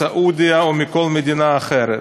מסעודיה או מכל מדינה אחרת.